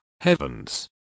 Heavens